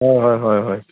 অঁ হয় হয় হয়